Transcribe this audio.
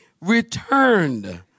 returned